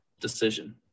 decision